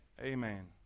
Amen